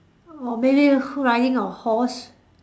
or maybe riding a horse